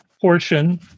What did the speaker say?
portion